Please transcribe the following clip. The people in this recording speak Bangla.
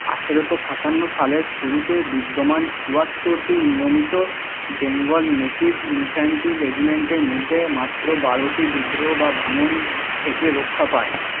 আঠেরোশো সাতান্ন সালের শুরুতে বিদ্যমান চুয়াত্তরটি নিয়মিত বেঙ্গল নেটিভ ইনফ্যান্ট্রি রেজিমেন্টের মধ্যে মাত্র বারোটি বিদ্রোহ বা ভাঙন থেকে রক্ষা পায়